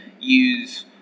use